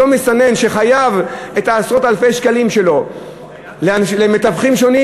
אותו מסתנן שחייב את עשרות אלפי השקלים שלו למתווכים שונים,